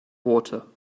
water